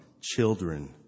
children